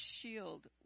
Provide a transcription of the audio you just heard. shield